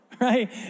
right